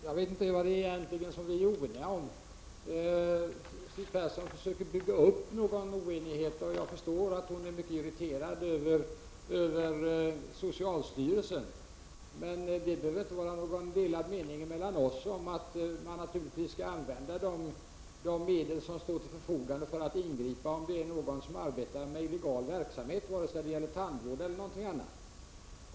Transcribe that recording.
Fru talman! Jag vet egentligen inte vad vi är oeniga om. Siw Persson försöker bygga upp en oenighet, och jag förstår att hon är mycket irriterad över socialstyrelsen. Men det behöver inte vara några delade meningar mellan oss om att man skall använda de medel som står till förfogande för ingripande, om någon utövar illegal verksamhet, oavsett om det gäller tandvård eller något annat.